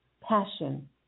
passion